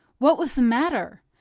what was the matter?